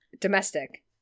domestic